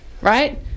right